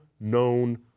known